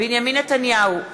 בנימין נתניהו,